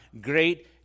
great